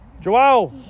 Joao